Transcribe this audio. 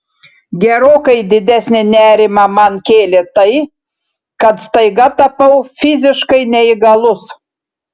gerokai didesnį nerimą man kėlė tai kad staiga tapau fiziškai neįgalus